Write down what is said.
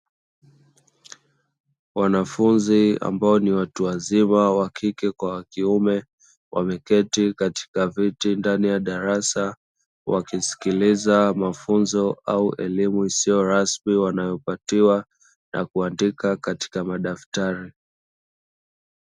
Wanafunzi ambao ni watu wazima wakike kwa wakiume, wameketi katika viti ndani ya darasa wakisikiliza mafunzo au elimu isiyo rasmi wanayo patiwa na kuandika katika madaftari.